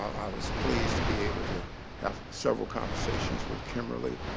i was pleased to be able to have several conversations with kimberly.